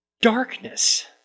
darkness